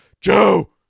Joe